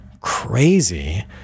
crazy